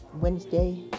Wednesday